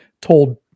told